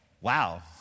Wow